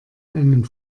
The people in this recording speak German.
einen